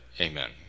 Amen